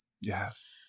Yes